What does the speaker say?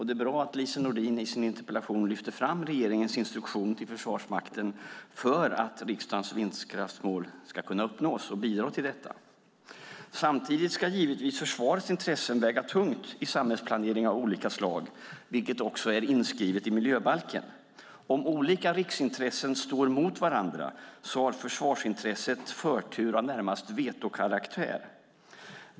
Det är bra att Lise Nordin i sin interpellation lyfter fram regeringens instruktion till Försvarsmakten för att riksdagens vindkraftsmål ska kunna uppnås och bidra till detta. Samtidigt ska givetvis försvarets intressen väga tungt i olika slag av samhällsplanering, vilket också är inskrivet i miljöbalken; om olika riksintressen står mot varandra har försvarsintresset förtur av närmast vetokaraktär.